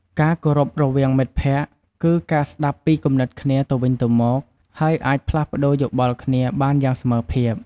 ការគោរពរវាងមិត្តភក្តិ គឺការស្ដាប់ពីគំនិតគ្នាទៅវិញទៅមក ហើយអាចផ្លាស់ប្ដូរយោបល់គ្នាបានយ៉ាងស្មើភាព។